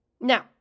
Now